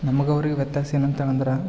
ನಮ್ಗೆ ಅವ್ರಿಗೆ ವ್ಯತ್ಯಾಸ ಏನಂತೇಳಂದರೆ